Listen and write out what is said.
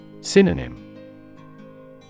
Synonym